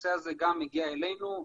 הנושא הגיע גם אלינו,